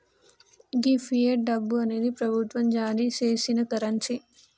గీ fiat డబ్బు అనేది ప్రభుత్వం జారీ సేసిన కరెన్సీ